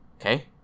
okay